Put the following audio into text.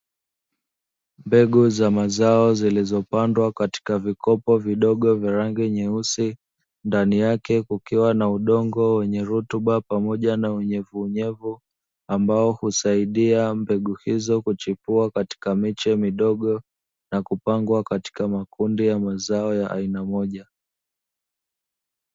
Mbegu za mazao, zilizopandwa katika vikopo vidogo vya rangi nyeus, ndani yake kukiwa na udongo wenye rutuba pamoja na unyevuunyevu, ambao husaidia mbegu hizo kuchipua katika miche midogo na kupangwa katika makundi ya mazao ya aina moja.